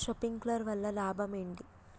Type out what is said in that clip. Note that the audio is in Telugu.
శప్రింక్లర్ వల్ల లాభం ఏంటి?